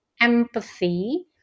empathy